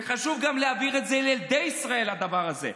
וחשוב גם להעביר לילדי ישראל את הדבר הזה.